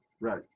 right